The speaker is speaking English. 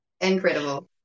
Incredible